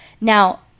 Now